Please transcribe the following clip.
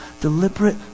Deliberate